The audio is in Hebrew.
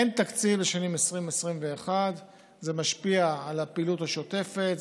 אין תקציב לשנים 2021-2020. זה משפיע על הפעילות השוטפת,